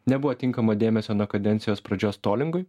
nebuvo tinkamo dėmesio nuo kadencijos pradžios tolingui